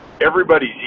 everybody's